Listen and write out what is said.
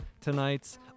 tonight's